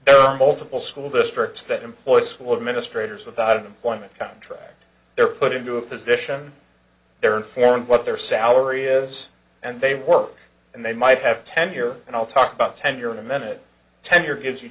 know multiple school districts that employ school administrators without an employment contract they're put into a position they're informed what their salary is and they work and they might have ten here and i'll talk about tenure in a minute tenure gives you